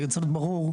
זה צריך להיות ברור,